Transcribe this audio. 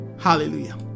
Hallelujah